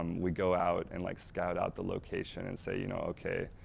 um we go out and like scout out the location and say you know okay,